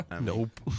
Nope